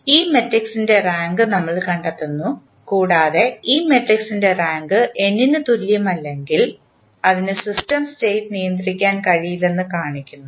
ഈ മട്രിക്സിൻറെ റാങ്ക് നമ്മൾ കണ്ടെത്തുന്നു കൂടാതെ ഈ മട്രിക്സിൻറെ റാങ്ക് n ന് തുല്യമല്ലെങ്കിൽ അതിന് സിസ്റ്റം സ്റ്റേറ്റ് നിയന്ത്രിക്കാൻ കഴിയില്ലെന്ന് കാണിക്കുന്നു